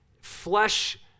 flesh